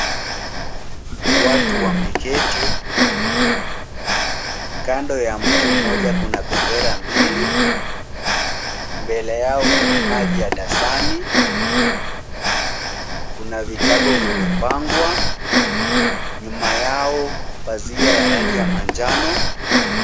Watu wameketi kando ya mtu mmoja kuna bendera mbili, mbele yao kuna maji ya dasani, kuna vitabu vimepangwa nyuma yao pazia ya rangi ya manjano.